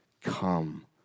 Come